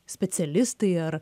specialistai ar